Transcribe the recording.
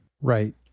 Right